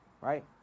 Right